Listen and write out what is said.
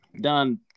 done